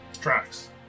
Tracks